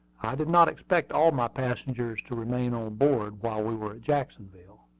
i did not expect all my passengers to remain on board while we were at jacksonville.